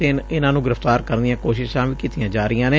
ਅਤੇ ਇਨੂਾ ਨੂੰ ਗ੍ਰਿਫ਼ਤਾਰ ਕਰਨ ਦੀਆਂ ਕੋਸ਼ਿਸਾਂ ਵੀ ਕੀਤੀਆਂ ਜਾ ਰਹੀਆਂ ਨੇ